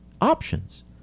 options